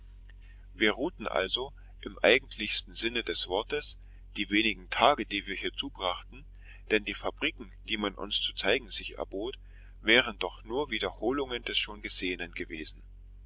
wir ruhten also im eigentlichsten sinne des worts die wenigen tage die wir hier zubrachten denn die fabriken die man uns zu zeigen sich erbot wären doch nur wiederholungen des schon gesehenen gewesen